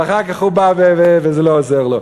ואחר כך הוא בא וזה לא עוזר לו.